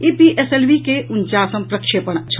ई PSLV के उनचासम प्रक्षेपण छल